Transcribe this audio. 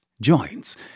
joints